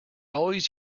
always